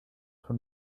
von